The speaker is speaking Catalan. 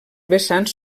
vessants